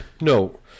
No